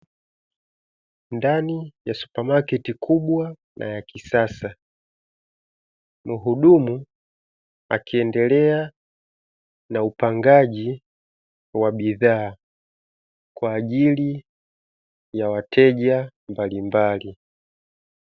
Ndani ya supamaketi kubwa na ya kisasa muhudumu akiendelea na upangaji wa bidhaa, kwa ajili ya wateja mbalimbali.